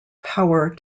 power